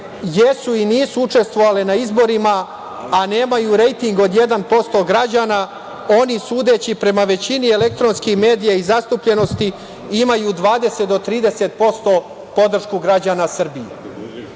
jesu i nisu učestvovale na izborima, a nemaju rejting od 1% građana, oni, sudeći prema većini elektronskih medija i zastupljenosti, imaju 20% do 30% podršku građana Srbije. Naravno